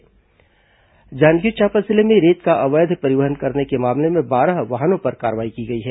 जांजगीर चांपा जिले में रेत का अवैध परिवहन करने के मामले में बारह वाहनों पर कार्रवाई की गई है